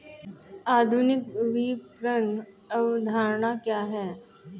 आधुनिक विपणन अवधारणा क्या है?